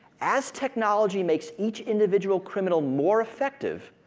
as technology makes each individual criminal more effective,